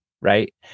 right